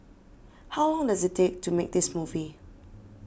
how long does it take to make this movie